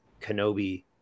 kenobi